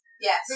Yes